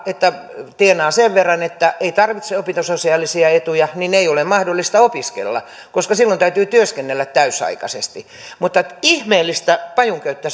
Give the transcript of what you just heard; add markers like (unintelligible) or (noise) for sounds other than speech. että tienaa sen verran että ei tarvitse opintososiaalisia etuja niin ei ole mahdollista opiskella koska silloin täytyy työskennellä täysiaikaisesti mutta että ihmeellistä pajunköyttä (unintelligible)